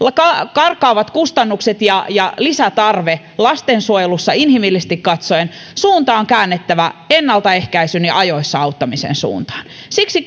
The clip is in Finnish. karkaavat kustannukset ja ja lisätarve lastensuojelussa inhimillisesti katsoen suunta on käännettävä ennaltaehkäisyn ja ajoissa auttamisen suuntaan siksi